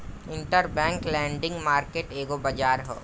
interbank lending market एगो बाजार ह